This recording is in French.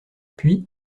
puis